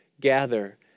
gather